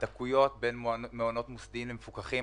ישיגו המעונות את הכסף כדי לקיים אחר נהלי הקורונה החדשים